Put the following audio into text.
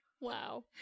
Wow